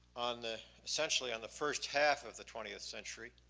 on the essentially on the first half of the twentieth century.